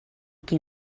qui